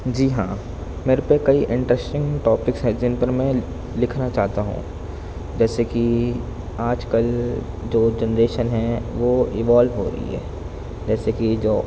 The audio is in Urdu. جی ہاں میرے پہ کئی انٹرسٹنگ ٹاپکس ہیں جن پر میں لکھنا چاہتا ہوں جیسے کہ آج کل جو جنریشن ہے وہ ایوولو ہو رہی ہے جیسے کہ جو